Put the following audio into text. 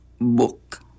Book